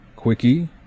Quickie